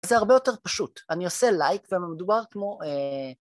זה הרבה יותר פשוט, אני עושה לייק ומדובר כמו...